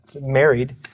married